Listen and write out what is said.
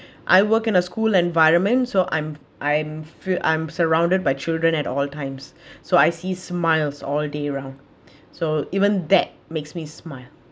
I work in a school environment so I'm I'm fr~ I'm surrounded by children at all times so I see smiles all day round so even that makes me smile